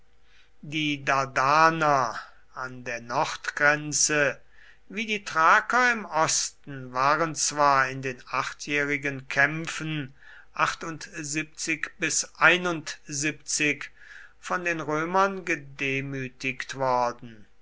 die dardaner an der nordgrenze wie die thraker im osten waren zwar in den achtjährigen kämpfen bis von den römern gedemütigt worden